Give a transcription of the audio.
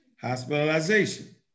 Hospitalization